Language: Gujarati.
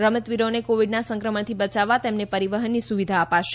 રમતવીરોને કોવિડના સંક્રમણથી બચાવવા તેમને પરિવહનની સુવિધા અપાશે